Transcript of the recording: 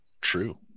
true